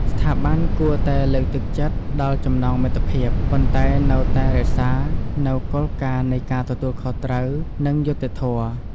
ស្ថាប័នគួរតែលើកទឹកចិត្តដល់ចំណងមិត្តភាព ប៉ុន្តែនៅតែរក្សានូវគោលការណ៍នៃការទទួលខុសត្រូវ និងយុត្តិធម៌។